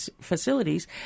facilities